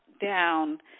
down